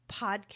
podcast